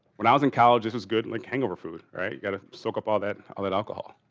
when i was in college, it was good like hangover food, right? you got to soak up all that all that alcohol,